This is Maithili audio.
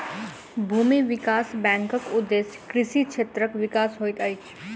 भूमि विकास बैंकक उदेश्य कृषि क्षेत्रक विकास होइत अछि